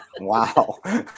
Wow